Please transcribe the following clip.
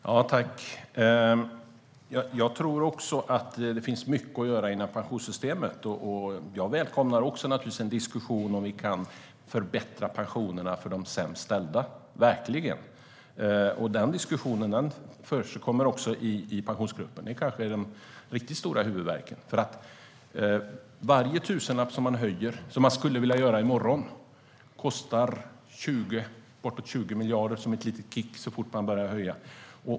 Herr talman! Även jag tror att det finns mycket att göra inom pensionssystemet, och även jag välkomnar en diskussion om hur vi kan förbättra pensionerna för dem som har det sämst ställt - verkligen. Den diskussionen försiggår också i Pensionsgruppen. Det kanske är den riktigt stora huvudvärken. Varje tusenlapp som man höjer pensionerna med - vilket man skulle vilja göra i morgon - kostar bortåt 20 miljarder på ett litet kick så fort man börjar höja.